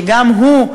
שגם הוא,